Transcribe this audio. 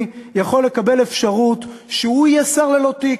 יכול לקבל אפשרות שהוא יהיה שר ללא תיק,